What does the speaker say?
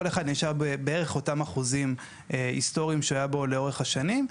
כל אחד נשאר בערך אותם אחוזים היסטוריים שהוא היה בו לאורך השנים.